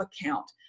account